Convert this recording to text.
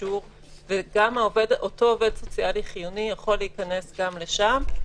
באישור ואותו עובד סוציאלי חיוני יכול להיכנס גם לשם.